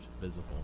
visible